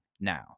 now